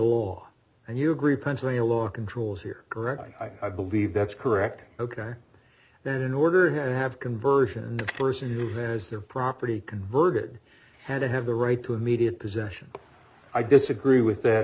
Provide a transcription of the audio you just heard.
law and you agree pennsylvania law controls here correctly i believe that's correct ok then in order to have conversion person event as their property converted had to have the right to immediate possession i disagree with that